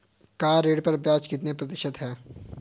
Car ऋण पर ब्याज कितने प्रतिशत है?